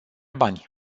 bani